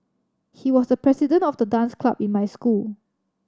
he was the president of the dance club in my school